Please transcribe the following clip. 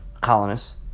colonists